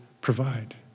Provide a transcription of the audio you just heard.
provide